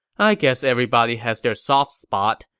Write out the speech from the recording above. i guess everybody has their soft spot,